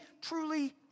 truly